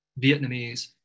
Vietnamese